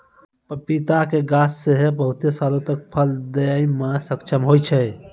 पपीता के गाछ सेहो बहुते सालो तक फल दै मे सक्षम होय छै